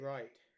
Right